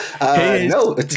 no